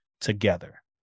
together